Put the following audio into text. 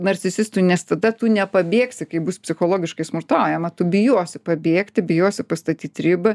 narcisistui nes tada tu nepabėgsi kai bus psichologiškai smurtaujama tu bijosi pabėgti bijosi pastatyt ribą